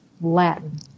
Latin